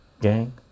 Gang